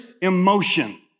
emotion